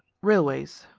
railways.